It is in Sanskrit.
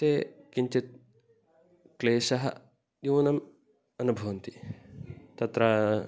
ते किञ्चित् क्लेशं न्यूनम् अनुभवन्ति तत्र